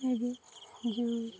ଏବେ ଯେଉଁ